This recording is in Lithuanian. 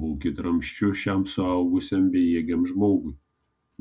būkit ramsčiu šiam suaugusiam bejėgiam žmogui